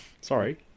Sorry